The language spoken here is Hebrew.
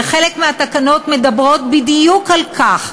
וחלק מהתקנות מדברות בדיוק על כך,